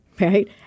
Right